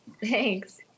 Thanks